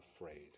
afraid